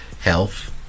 health